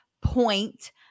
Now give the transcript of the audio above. point